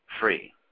Free